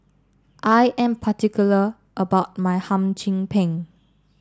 I am particular about my Hum Chim Peng